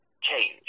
change